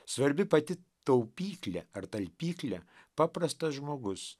svarbi pati taupyklė ar talpykla paprastas žmogus